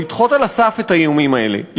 לדחות על הסף את האיומים האלה,